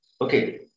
Okay